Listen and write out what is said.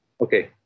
Okay